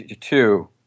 two